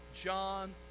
John